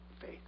faith